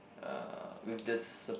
uh with the sup~